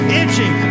itching